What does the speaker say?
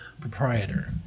proprietor